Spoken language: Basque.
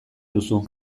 duzu